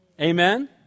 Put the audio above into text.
Amen